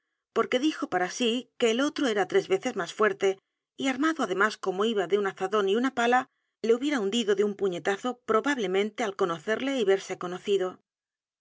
porque dijo para sí que el otro era tres veces mas fuerte y armado además como iba de un azadon y una pala le hubiera hundido de un puñetazo probablemente al conocerle y verse conocido